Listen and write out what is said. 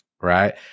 right